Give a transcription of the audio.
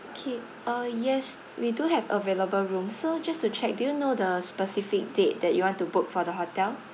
okay uh yes we do have available room so just to check do you know the specific date that you want to book for the hotel